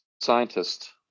scientist